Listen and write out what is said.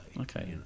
Okay